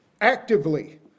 actively